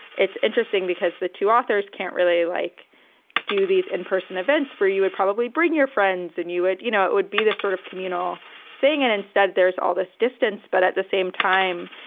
it's interesting because the two authors can't really like do these in-person events where you would probably bring your friends in you it you know, it would be the sort of communal thing. and instead there's all this distance. but at the same time,